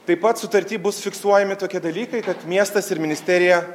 taip pat sutarty bus fiksuojami tokie dalykai kad miestas ir ministerija